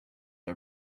are